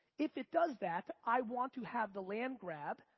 if it does that, i want to have the land grab,